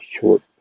short